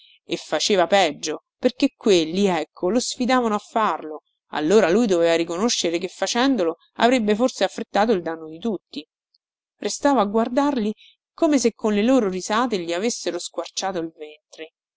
e faceva peggio perché quelli ecco lo sfidavano a farlo allora lui doveva riconoscere che facendolo avrebbe forse affrettato il danno di tutti restava a guardarli come se con le loro risate gli avessero squarciato il ventre